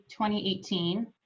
2018